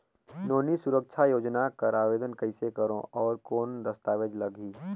नोनी सुरक्षा योजना कर आवेदन कइसे करो? और कौन दस्तावेज लगही?